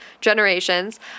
generations